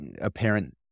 apparent